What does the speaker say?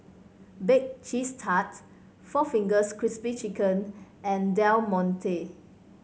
Bake Cheese Tart four Fingers Crispy Chicken and Del Monte